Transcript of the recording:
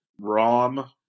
rom